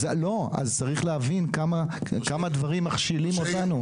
לא, אז צריך להבין כמה דברים מכשילים אותנו.